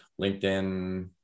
LinkedIn